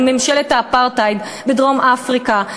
עם ממשלת האפרטהייד בדרום-אפריקה.